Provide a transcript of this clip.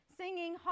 singing